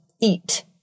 EAT